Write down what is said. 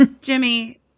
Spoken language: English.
Jimmy